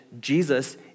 Jesus